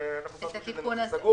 אנחנו חשבנו שזה נושא סגור,